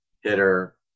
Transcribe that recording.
hitter